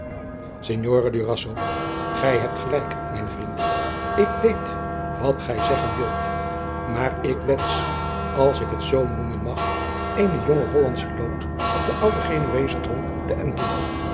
durazzo gij hebt gelijk mijn vriend ik weet wat gij zeggen wilt maar ik wensch als ik het zoo noemen mag eene jonge hollandsche loot op een ouden genueschen tronk te enten